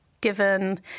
given